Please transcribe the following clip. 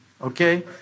Okay